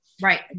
Right